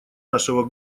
нашего